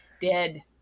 Dead